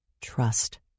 trust